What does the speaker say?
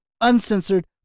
uncensored